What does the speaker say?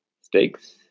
steaks